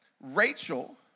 Rachel